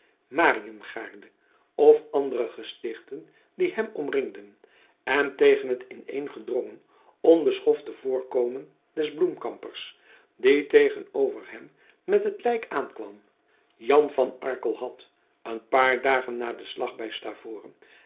luidinga kerke mariëngaarde of andere gestichten die hem omringden en tegen het ineengedrongen onbeschofte voorkomen des bloemkampers die tegenover hem met het lijk aankwam jan van arkel had een paar dagen na den slag bij